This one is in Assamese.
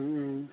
ও ও